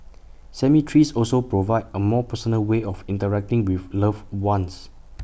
cemeteries also provide A more personal way of interacting with loved ones